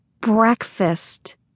breakfast